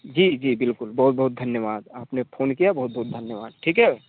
जी जी बिलकुल बहुत बहुत धन्यवाद आपने फ़ोन किया बहुत बहुत धन्यवाद ठीक है